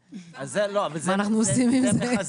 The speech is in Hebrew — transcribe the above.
מה אנחנו עושים עם זה?